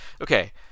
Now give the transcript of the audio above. Okay